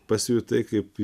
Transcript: pasijutai kaip